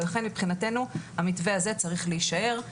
לכן מבחינתנו המתווה הזה צריך להישאר.